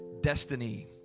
destiny